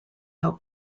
how